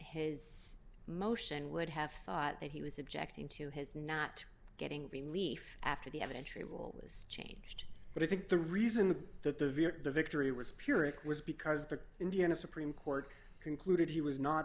his motion would have thought that he was objecting to his not getting relief after the evidentiary rule was changed but i think the reason that the viet victory was pyrrhic was because the indiana supreme court concluded he was not